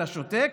אתה שותק?